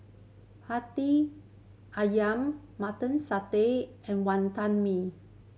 Hati Ayam Mutton Satay and Wantan Mee